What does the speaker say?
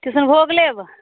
किशनभोग लेब